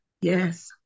Yes